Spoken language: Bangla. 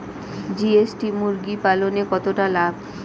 জি.এস.টি মুরগি পালনে কতটা লাভ হয়?